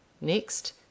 next